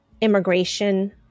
immigration